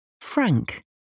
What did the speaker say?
Frank